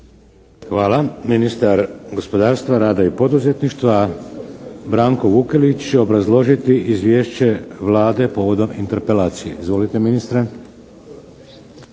Hvala. Ministar gospodarstva, rada i poduzetništva Branko Vukelić, obrazložiti izvješće Vlade povodom interpelacije. Izvolite ministre!